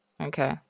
Okay